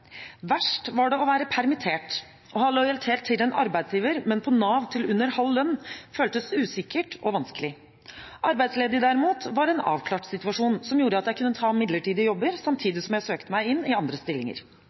Verst var det å være permittert. Å ha lojalitet til en arbeidsgiver, men være på Nav til under halv lønn føltes usikkert og vanskelig. Å være arbeidsledig, derimot, var en avklart situasjon som gjorde at jeg kunne ta midlertidige jobber samtidig som jeg søkte på andre stillinger.